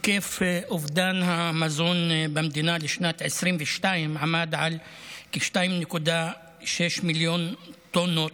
היקף אובדן המזון במדינה לשנת 2022 עמד על כ-2.6 מיליון טונות,